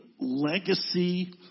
legacy